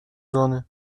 зоны